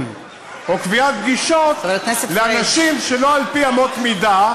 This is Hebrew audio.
או קביעת פגישות לאנשים שלא על-פי אמות מידה,